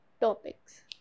topics